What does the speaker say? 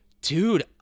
dude